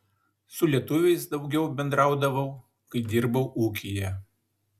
su lietuviais daugiau bendraudavau kai dirbau ūkyje